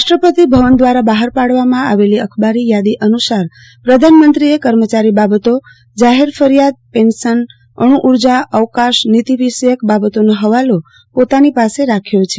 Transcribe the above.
રાષ્ટ્રપતિ ભવન દ્વારા બહાર પાડવામાં આવેલી અખબારી યાદી અનુસાર પ્રધાનમંત્રીએ કર્મચારી બાબતો જાહેર ફરિયાદ પેન્શન અણુ ઉર્જા અવકાશ નીતિવિષયક બાબતોનો હવાલો પોતાની પાસે રાખ્યો છે